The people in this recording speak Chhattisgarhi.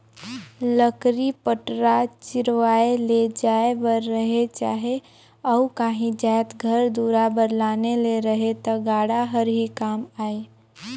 लकरी पटरा चिरवाए ले जाए बर रहें चहे अउ काही जाएत घर दुरा बर लाने ले रहे ता गाड़ा हर ही काम आए